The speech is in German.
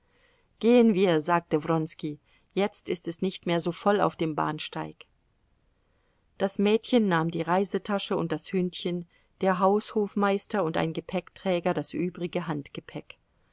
gehen wir sagte wronski jetzt ist es nicht mehr so voll auf dem bahnsteig das mädchen nahm die reisetasche und das hündchen der haushofmeister und ein gepäckträger das übrige handgepäck